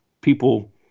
people